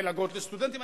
מלגות לסטודנטים,